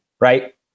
right